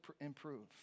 improve